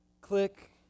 click